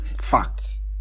facts